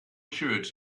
shirt